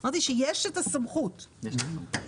יש לוחית רישוי.